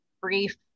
brief